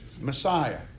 Messiah